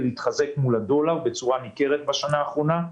התחזק מול הדולר בצורה ניכרת בשנה האחרונה.